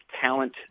talent